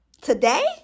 Today